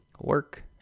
work